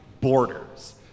borders